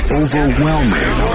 overwhelming